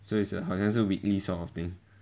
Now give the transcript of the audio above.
so it's a 好像是 weekly sort of thing